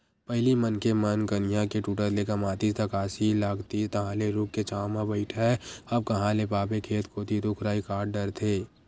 पहिली मनखे मन कनिहा के टूटत ले कमातिस थकासी लागतिस तहांले रूख के छांव म बइठय अब कांहा ल पाबे खेत कोती रुख राई कांट डरथे